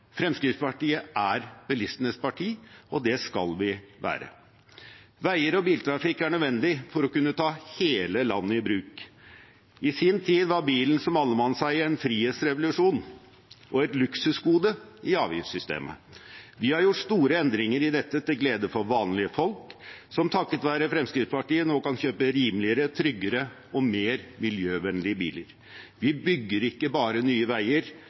Fremskrittspartiet er bilistenes parti, og det skal vi være. Veier og biltrafikk er nødvendig for å kunne ta hele landet i bruk. I sin tid var bilen som allemannseie en frihetsrevolusjon – og et luksusgode i avgiftssystemet. Vi har gjort store endringer i dette til glede for vanlige folk, som takket være Fremskrittspartiet nå kan kjøpe rimeligere, tryggere og mer miljøvennlige biler. Vi bygger ikke bare nye veier;